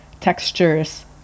textures